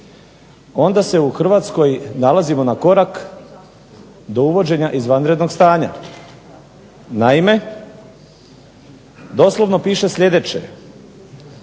onda se u Hrvatskoj nalazimo na korak do uvođenja izvanrednog stanja. Naime doslovno piše sljedeće,